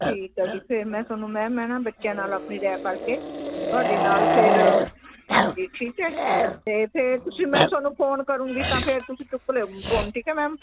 ਠੀਕ ਹੈ ਜੀ ਫਿਰ ਮੈਂ ਤੁਹਾਨੂੰ ਮੈਮ ਮੈਂ ਨਾ ਬੱਚਿਆਂ ਨਾਲ ਆਪਣੀ ਰਾਇ ਕਰਕੇ ਤੁਹਾਡੇ ਨਾਲ ਫਿਰ ਹਾਂਜੀ ਠੀਕ ਹੈ ਅਤੇ ਫਿਰ ਤੁਸੀਂ ਮੈਂ ਤੁਹਾਨੂੰ ਫੋਨ ਕਰੂੰਗੀ ਤਾਂ ਫਿਰ ਤੁਸੀਂ ਚੁੱਕ ਲਿਓ ਫੋਨ ਠੀਕ ਮੈਮ